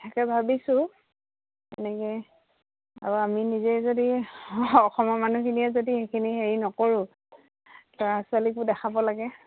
তাকে ভাবিছোঁ এনেকৈ আৰু আমি নিজে যদি অসমৰ মানুহখিনিয়ে যদি সেইখিনি হেৰি নকৰোঁ ল'ৰা ছোৱালীকো দেখাব লাগে